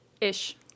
ish